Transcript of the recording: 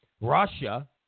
Russia